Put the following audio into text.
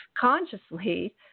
consciously